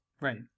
Right